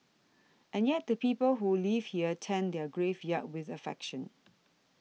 and yet the people who live here tend their graveyard with affection